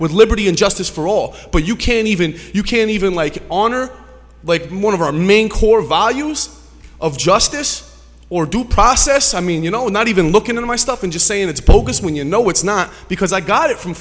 with liberty and justice for all but you can't even you can't even like honor like more of our main core volumes of justice or due process i mean you know not even looking at my stuff and just saying that's bogus when you know it's not because i got it from